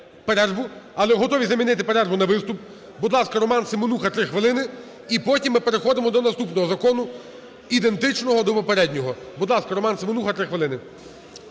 але готові замінити перерву на виступ. Будь ласка, Роман Семенуха, три хвилини, і потім ми переходимо до наступного закону, ідентичного до попереднього. Будь ласка, Роман Семенуха, три хвилини.